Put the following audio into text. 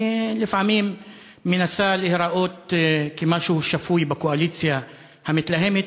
שלפעמים מנסה להיראות כמשהו שפוי בקואליציה המתלהמת,